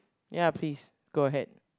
ya please go ahead